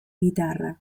guitarra